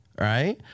right